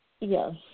Yes